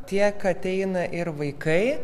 tiek ateina ir vaikai